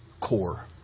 Core